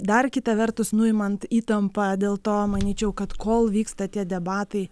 dar kita vertus nuimant įtampą dėl to manyčiau kad kol vyksta tie debatai